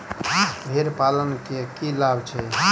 भेड़ पालन केँ की लाभ छै?